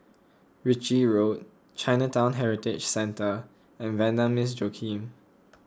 Ritchie Road Chinatown Heritage Centre and Vanda Miss Joaquim